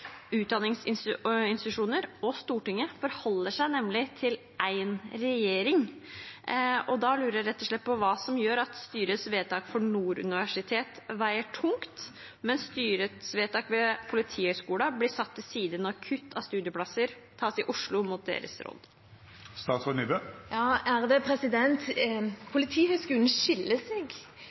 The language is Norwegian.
og Stortinget forholder seg nemlig til én regjering. Da lurer jeg rett og slett på hva som gjør at styrets vedtak for Nord universitet veier tungt, mens styrets vedtak for Politihøgskolen blir satt til side når kutt av studieplasser tas i Oslo mot deres råd.